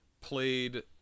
played